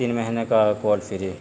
تین مہینے کا کال فری